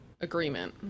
agreement